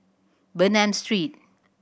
Bernam Street